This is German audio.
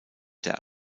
der